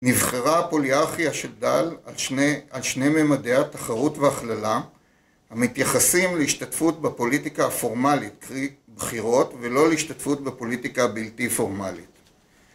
נבחרה פוליארכיה של דל על שני ממדיה התחרות והכללה המתייחסים להשתתפות בפוליטיקה הפורמלית, קרי בחירות, ולא להשתתפות בפוליטיקה הבלתי פורמלית